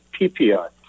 PPI